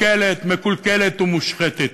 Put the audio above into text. מקולקלת, מקולקלת ומושחתת.